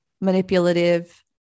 manipulative